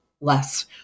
less